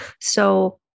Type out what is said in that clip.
So-